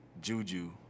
Juju